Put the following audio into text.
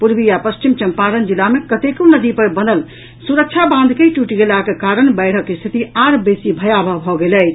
पूर्वी आ पश्चिमी चंपारण जिला मे कतेको नदी पर बनल सुरक्षा बांध के टूटि गेलाक कारण बाढ़िक स्थिति आओर बेसी भयावह भऽ गेल अछि